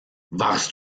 warst